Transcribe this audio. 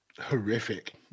Horrific